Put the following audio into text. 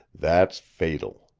that's fatal.